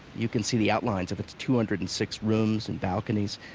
you can see the outlines of its two hundred and six rooms and balconies,